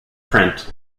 print